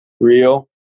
Real